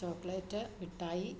chocolate Mittai